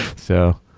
so,